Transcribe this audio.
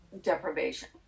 deprivation